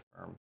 firm